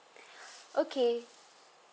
okay